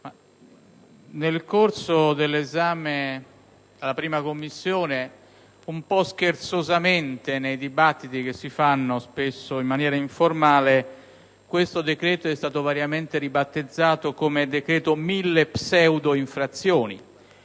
nel corso dell'esame presso la 1a Commissione, un po' scherzosamente, nei dibattiti che si svolgono spesso in maniera informale, quello in oggetto è stato variamente ribattezzato come decreto «mille pseudo-infrazioni»